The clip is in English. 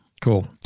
cool